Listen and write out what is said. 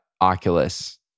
Oculus